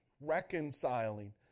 reconciling